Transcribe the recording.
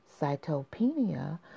Cytopenia